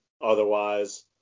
otherwise